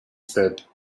said